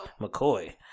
McCoy